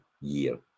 year